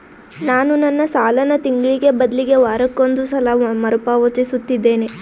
ನಾನು ನನ್ನ ಸಾಲನ ತಿಂಗಳಿಗೆ ಬದಲಿಗೆ ವಾರಕ್ಕೊಂದು ಸಲ ಮರುಪಾವತಿಸುತ್ತಿದ್ದೇನೆ